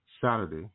Saturday